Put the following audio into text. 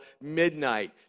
midnight